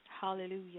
hallelujah